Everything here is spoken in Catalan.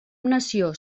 nació